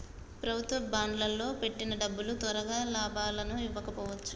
ప్రభుత్వ బాండ్లల్లో పెట్టిన డబ్బులు తొరగా లాభాలని ఇవ్వకపోవచ్చు